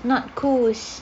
not kus